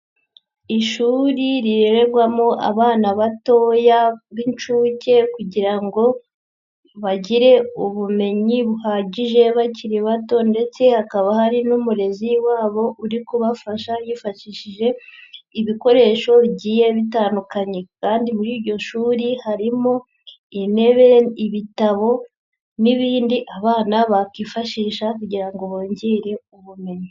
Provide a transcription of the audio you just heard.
Ishuri rirererwamo abana batoya b'inshuke kugira ngo bagire ubumenyi buhagije bakiri bato ndetse hakaba hari n'umurezi wabo uri kubafasha yifashishije ibikoresho bigiye bitandukanye kandi muri iryo shuri harimo intebe, ibitabo n'ibindi abana bakifashisha kugira ngo bongere ubumenyi.